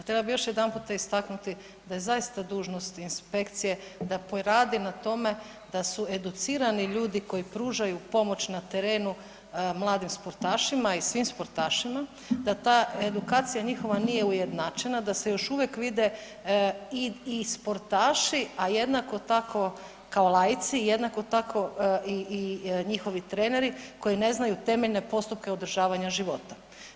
Htjela bih još jedan puta istaknuti da je zaista dužnost inspekcije da poradi na tome da su educirani ljudi koji pružaju pomoć na terenu mladim sportašima i svim sportašima, da ta edukacija nije ujednačena da se još uvijek vide i sportaši kao laici, a jednako tako i njihovi treneri koji ne znaju temeljne postupke održavanja života.